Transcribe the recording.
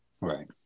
right